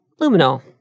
luminol